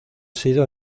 sido